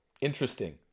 Interesting